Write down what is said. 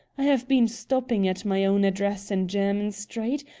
i have been stopping at my own address in jermyn street,